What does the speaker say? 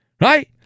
Right